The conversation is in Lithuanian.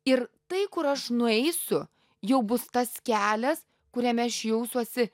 ir tai kur aš nueisiu jau bus tas kelias kuriame aš jausiuosi